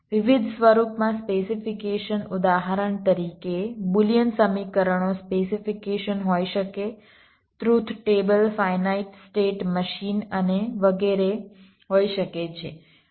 વિવિધ સ્વરૂપમાં સ્પેસિફીકેશન ઉદાહરણ તરીકે બુલિયન સમીકરણો સ્પેસીફિકેશન હોય શકે truth table finite state machine અને વગેરે હોઈ શકે છે